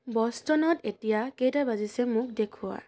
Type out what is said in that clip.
বষ্টনত এতিয়া কেইটা বাজিছে মোক দেখুওৱা